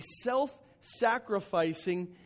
self-sacrificing